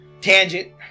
tangent